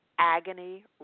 agony